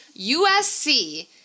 USC